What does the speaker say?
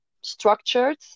structured